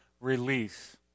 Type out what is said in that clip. release